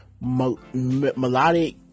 melodic